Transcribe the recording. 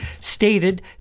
stated